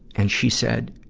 and she said,